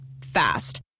Fast